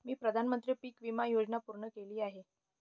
मी प्रधानमंत्री पीक विमा योजना पूर्ण केली आहे